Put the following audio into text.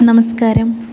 നമസ്കാരം